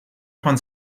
von